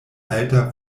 alta